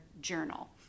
journal